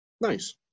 Nice